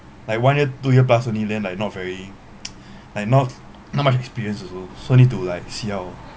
like one year two year plus only then like not very like not not much experiences also so need to like see how